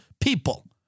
people